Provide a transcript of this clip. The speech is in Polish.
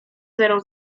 zero